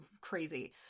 crazy